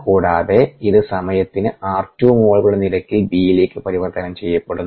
കൂടാതെ ഇത് സമയത്തിന് r2 മോളുകളുടെ നിരക്കിൽ B ലേക്ക് പരിവർത്തനം ചെയ്യപ്പെടുന്നു